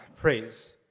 Praise